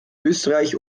österreich